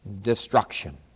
destruction